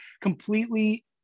completely